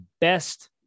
best